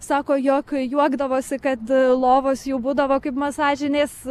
sako jog juokdavosi kad lovos jau būdavo kaip masažinės